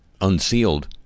unsealed